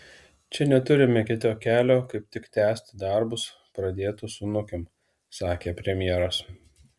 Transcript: čia neturime kito kelio kaip tik tęsti darbus pradėtus su nukem sakė premjeras